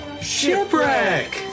Shipwreck